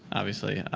obviously, ah,